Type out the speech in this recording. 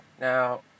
Now